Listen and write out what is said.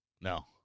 No